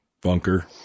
bunker